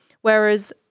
Whereas